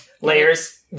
Layers